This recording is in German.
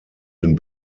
den